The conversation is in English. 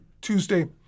Tuesday